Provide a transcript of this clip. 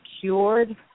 cured